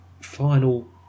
final